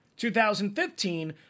2015